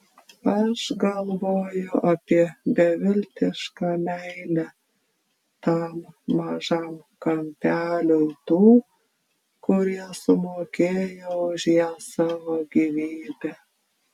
aš galvoju apie beviltišką meilę tam mažam kampeliui tų kurie sumokėjo už ją savo gyvybe